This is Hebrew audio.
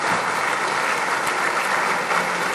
נא